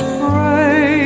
pray